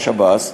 או לשב"ס,